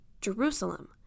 Jerusalem